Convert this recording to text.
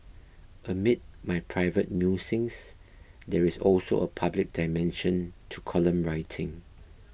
amid my private musings there is also a public dimension to column writing